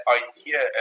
idea